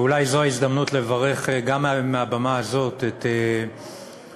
ואולי זאת ההזדמנות לברך גם מעל במה זאת את פרופסור